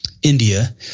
India